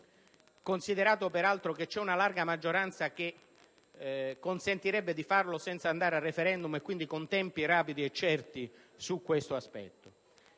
considerato peraltro che c'è una larga maggioranza che consentirebbe di farlo senza andare al *referendum*, quindi con tempi rapidi e certi. [**Presidenza